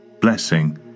blessing